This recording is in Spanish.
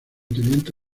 teniente